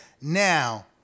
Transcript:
now